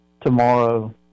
tomorrow